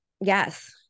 yes